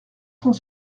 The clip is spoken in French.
cent